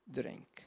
drink